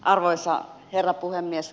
arvoisa herra puhemies